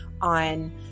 on